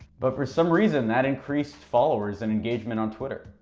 but for some reason, that increased followers and engagement on twitter.